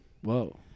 Whoa